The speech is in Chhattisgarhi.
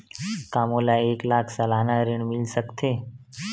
का मोला एक लाख सालाना ऋण मिल सकथे?